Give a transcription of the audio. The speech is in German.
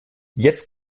jetzt